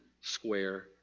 square